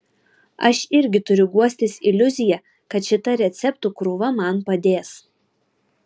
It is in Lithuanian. aš irgi turiu guostis iliuzija kad šita receptų krūva man padės